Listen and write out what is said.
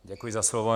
Děkuji za slovo.